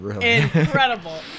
Incredible